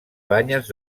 banyes